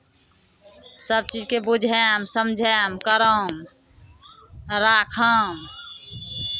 सभ चीजके बुझायब समझायब करब राखब